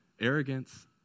arrogance